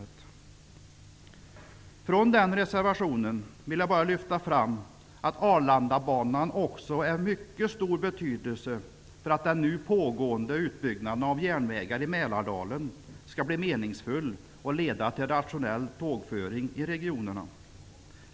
Från den reservationen vill jag bara lyfta fram att Arlandabanan också är av mycket stor betydelse för att den nu pågående utbyggnaden av järnvägar i Mälardalen skall bli meningsfull och leda till rationell tågföring i regionerna.